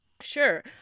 Sure